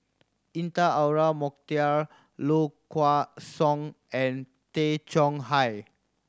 Intan Azura Mokhtar Low Kway Song and Tay Chong Hai